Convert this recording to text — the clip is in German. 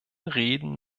reden